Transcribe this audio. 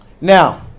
Now